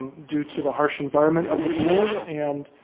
due to the harsh environment of the pool and